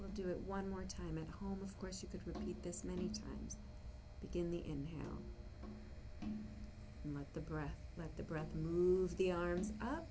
can do it one more time at home of course you could really need this many times begin the in how much the breath let the breath move the arms up